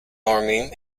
army